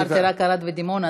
אמרתי רק ערד ודימונה,